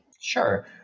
Sure